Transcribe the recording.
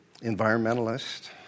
environmentalist